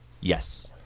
yes